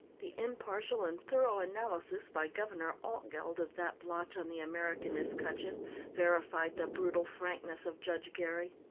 the impartial and thorough analysis by governor altgeld of that blotch on the american escutcheon verified the brutal frankness of judge gary.